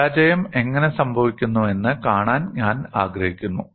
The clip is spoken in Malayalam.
പരാജയം എങ്ങനെ സംഭവിക്കുന്നുവെന്ന് കാണാൻ ഞാൻ ആഗ്രഹിക്കുന്നു